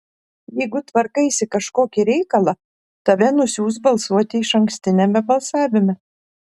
jeigu tvarkaisi kažkokį reikalą tave nusiųs balsuoti išankstiniame balsavime